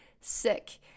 sick